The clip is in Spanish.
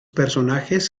personajes